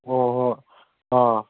ꯍꯣꯏ ꯍꯣꯏ ꯑꯥ